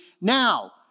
now